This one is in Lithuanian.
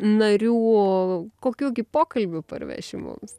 narių kokių gi pokalbių parveši mums